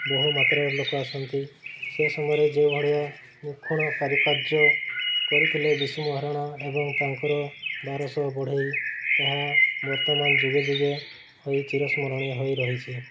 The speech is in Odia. ବହୁମାତ୍ରାରେ ଲୋକ ଆସନ୍ତି ସେ ସମୟରେ ଯେଉଁଭଳିଆ ନିଖୁଣ କାରୁକାର୍ଯ୍ୟ କରିଥିଲେ ବିଶୁମହାରଣା ଏବଂ ତାଙ୍କର ବାରଶହ ବଢ଼େଇ ତାହା ବର୍ତ୍ତମାନ ଯୁଗେ ଯୁଗେ ହୋଇ ଚିରସ୍ମରଣୀୟ ହୋଇ ରହିଛି